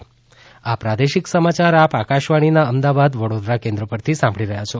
corona appeal આ સમાચાર આપ આકાશવાણીના અમદાવાદ વડોદરા કેન્દ્ર પરથી સાંભળી રહ્યા છો